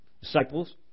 disciples